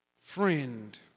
Friend